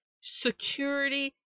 security